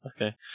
okay